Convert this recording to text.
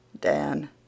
Dan